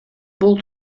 бул